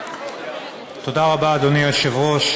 תודה רבה, אדוני היושב-ראש.